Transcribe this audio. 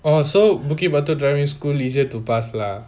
oh so bukit batok driving school easier to pass lah